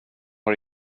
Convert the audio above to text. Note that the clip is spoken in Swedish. har